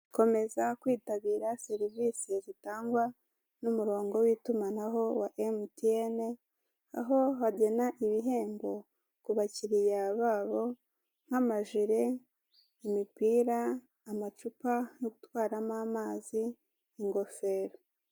Komeza kwitabira serivisi zitangwa n'umurongo w'itumanaho wa Emutiyene, aho bagena ibihembo ku bakiriya babo nk'amajire, imipira, amacupa yo gutwaramo amazi, ingofero.